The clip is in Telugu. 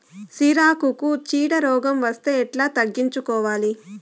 సిరాకుకు చీడ రోగం వస్తే ఎట్లా తగ్గించుకోవాలి?